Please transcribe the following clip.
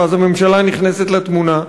ואז הממשלה נכנסת לתמונה.